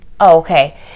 okay